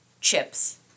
chips